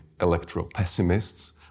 electro-pessimists